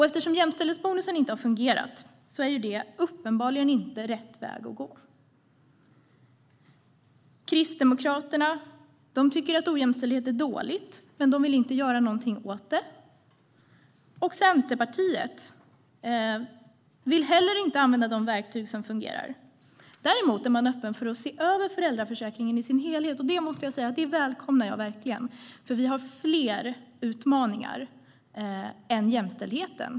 Eftersom jämställdhetsbonusen inte har fungerat är det uppenbarligen inte rätt väg att gå. Kristdemokraterna tycker att ojämställdhet är något dåligt, men de vill inte göra någonting åt det. Centerpartiet vill inte heller använda de verktyg som fungerar. Däremot är man öppen för att se över föräldraförsäkringen i dess helhet. Det välkomnar jag verkligen, måste jag säga, för vi har fler utmaningar än jämställdheten.